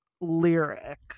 lyric